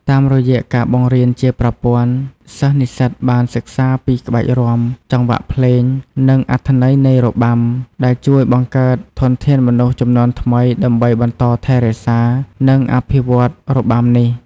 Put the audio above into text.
តាមរយៈការបង្រៀនជាប្រព័ន្ធ សិស្សនិស្សិតបានសិក្សាពីក្បាច់រាំ ចង្វាក់ភ្លេង និងអត្ថន័យនៃរបាំ ដែលជួយបង្កើតធនធានមនុស្សជំនាន់ថ្មីដើម្បីបន្តថែរក្សា និងអភិវឌ្ឍន៍របាំនេះ។